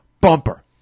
bumper